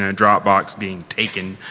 and dropbox being taken.